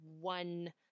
one